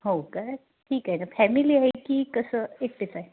हो का ठीक आहे ना फॅमिली आहे की कसं एकटेचं आहे